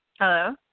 Hello